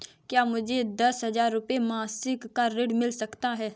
क्या मुझे दस हजार रुपये मासिक का ऋण मिल सकता है?